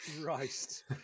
Christ